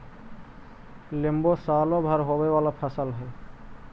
लेम्बो सालो भर होवे वाला फसल हइ